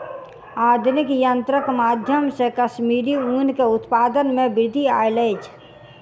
आधुनिक यंत्रक माध्यम से कश्मीरी ऊन के उत्पादन में वृद्धि आयल अछि